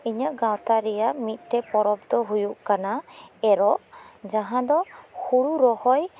ᱤᱧᱟᱹᱜ ᱜᱟᱶᱛᱟ ᱨᱮᱱᱟᱜ ᱢᱤᱫᱴᱮᱡ ᱯᱚᱨᱚᱵᱽ ᱫᱚ ᱦᱩᱭᱩᱜ ᱠᱟᱱᱟ ᱨᱮᱜᱚᱜ ᱡᱟᱦᱟᱸ ᱫᱚ ᱦᱳᱲᱳ ᱨᱚᱦᱚᱭ